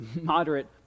moderate